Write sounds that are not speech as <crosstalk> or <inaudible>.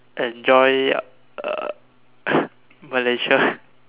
enjoy uh <breath> Malaysia <breath>